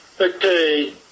Okay